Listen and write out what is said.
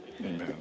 Amen